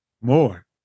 More